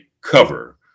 cover